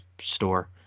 store